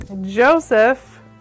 Joseph